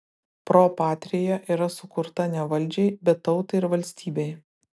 pro patria yra sukurta ne valdžiai bet tautai ir valstybei